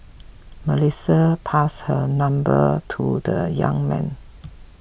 Melissa passed her number to the young man